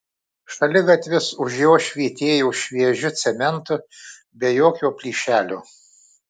šaligatvis už jo švytėjo šviežiu cementu be jokio plyšelio